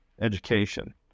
education